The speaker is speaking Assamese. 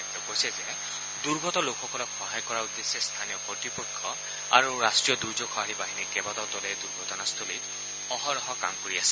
তেওঁ কৈছে যে দুৰ্গত লোকসকলক সহায় কৰাৰ উদ্দেশ্যে স্থানীয় কৰ্তৃপক্ষ আৰু ৰাষ্ট্ৰীয় দুৰ্যোগ সহাৰি বাহিনীৰ কেইবাটাও দলে দুৰ্ঘটনাস্থলীত অহৰহ কাম কৰি আছে